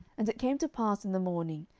and it came to pass in the morning,